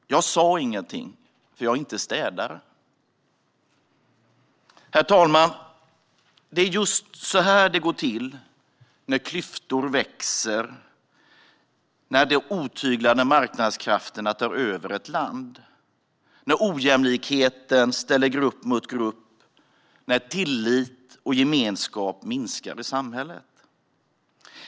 Jag sa inget, för jag är inte städare. Herr talman! Det är just så det går till när klyftor växer, när de otyglade marknadskrafterna tar över ett land, när ojämlikheten ställer grupp mot grupp och när tillit och gemenskap minskar i samhället.